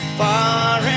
far